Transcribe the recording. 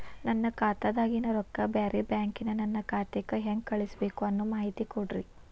ನನ್ನ ಖಾತಾದಾಗಿನ ರೊಕ್ಕ ಬ್ಯಾರೆ ಬ್ಯಾಂಕಿನ ನನ್ನ ಖಾತೆಕ್ಕ ಹೆಂಗ್ ಕಳಸಬೇಕು ಅನ್ನೋ ಮಾಹಿತಿ ಕೊಡ್ರಿ?